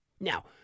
Now